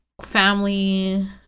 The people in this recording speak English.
family